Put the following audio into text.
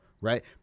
right